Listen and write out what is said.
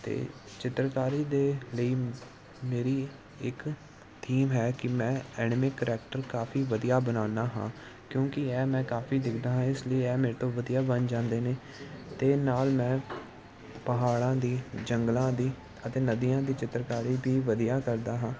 ਅਤੇ ਚਿੱਤਰਕਾਰੀ ਦੇ ਲਈ ਮੇਰੀ ਇੱਕ ਥੀਮ ਹੈ ਕਿ ਮੈਂ ਐਨਮਿ ਕਰੈਕਟਰ ਕਾਫੀ ਵਧੀਆ ਬਣਾਉਂਦਾ ਹਾਂ ਕਿਉਂਕਿ ਇਹ ਮੈਂ ਕਾਫੀ ਦੇਖਦਾ ਹਾਂ ਇਸ ਲਈ ਇਹ ਮੇਰੇ ਤੋਂ ਵਧੀਆ ਬਣ ਜਾਂਦੇ ਨੇ ਅਤੇ ਨਾਲ ਮੈਂ ਪਹਾੜਾਂ ਦੀ ਜੰਗਲਾਂ ਦੀ ਅਤੇ ਨਦੀਆਂ ਦੀ ਚਿੱਤਰਕਾਰੀ ਵੀ ਵਧੀਆ ਕਰਦਾ ਹਾਂ